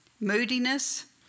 moodiness